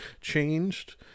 changed